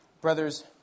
Brothers